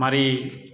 મારી